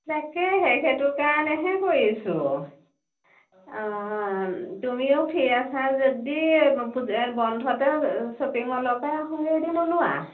তাকেহে সেইটো কাৰণেহে কৰিছোঁ অ তুমিও ফ্ৰী আছা যদি গপুজ বন্ধতে ছপিং মলৰ পৰাই আহোঁ এদিন ওলোৱা